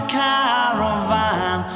caravan